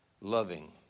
loving